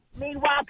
Meanwhile